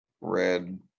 red